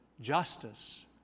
justice